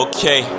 Okay